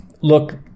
look